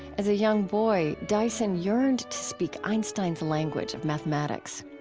as a young boy, dyson yearned to speak einstein's language of mathematics.